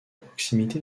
proximité